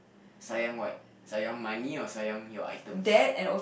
sayang what sayang money or sayang your items